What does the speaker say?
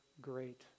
great